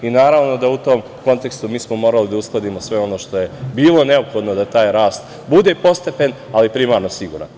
Naravno da u tom kontekstu mi smo morali da uskladimo sve ono što je bilo neophodno da taj rast bude postepen, ali primarno siguran.